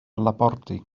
labordu